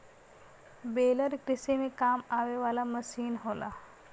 baler कृषि में काम आवे वाला मसीन होला